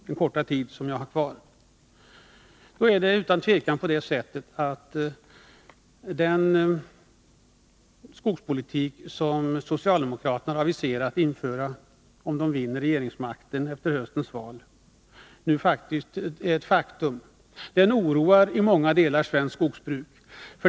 Den skogspolitik som socialdemokraterna aviserat att de skulle införa om de vid höstens val vann regeringsmakten — vilket nu är ett faktum — oroar utan tvivel i många delar svenskt skogsbruk.